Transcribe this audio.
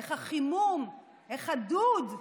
איך החימום, איך הדוד.